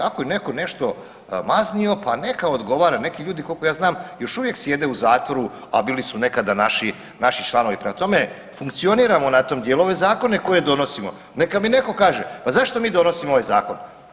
Ako ne netko nešto maznio, pa neka odgovara, neki ljudi, koliko ja znam, još uvijek sjede u zatvoru, a bili su nekada naši članovi, prema tome, funkcioniramo na tom dijelu, ove zakone koje donosimo, neka mi netko kaže, pa zašto mi donosimo ovaj Zakon?